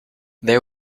they